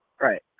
Right